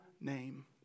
name